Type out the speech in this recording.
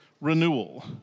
renewal